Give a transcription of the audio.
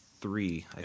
three